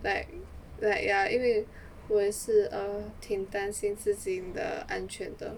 like like ya 因为我也是 err 挺担心自己的安全的